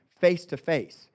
face-to-face